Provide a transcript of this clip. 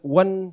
one